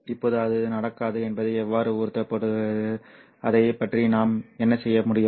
இப்போது அது நடக்காது என்பதை எவ்வாறு உறுதிப்படுத்துவது அதைப் பற்றி நாம் என்ன செய்ய முடியும்